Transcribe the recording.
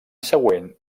següent